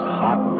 hot